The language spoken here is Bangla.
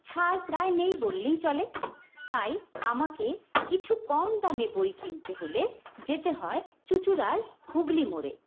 ছাড় প্রায় নেই বললেই চলে তাই আমাকে কিছু কম দামে বই কিনতে হলে যেতে হয় চুঁচুড়ার হুগলি মোড়ে